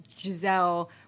giselle